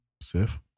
Sif